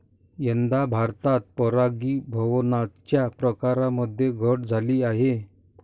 यंदा भारतात परागीभवनाच्या प्रकारांमध्ये घट झाली आहे